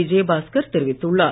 விஜயபாஸ்கர் தெரிவித்துள்ளார்